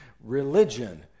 Religion